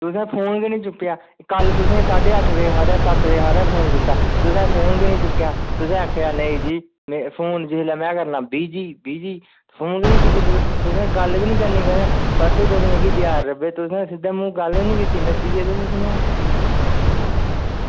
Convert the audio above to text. तुसें फोन गै नेईं चुक्केआ कल तुसेंगी साड्डे अट्ठ बजे हारे सत्त बजे हारे फोन कीता तुसें फोन गै नेईं चुक्केआ तुसें आखेआ नेईं जी में फोन जिसलै में करना ते बिज़ी बिज़ी फोन गै नेईं चुक्कदे तुस तुसें गल्ल गै नेईं करनी कदें परसों तुस मिगी बजार लब्भे तुसें सिद्दे मूंह गल्ल गै निं कीती नस्सी गे तुस उत्थुआं